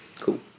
cool